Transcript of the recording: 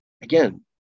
Again